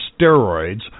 steroids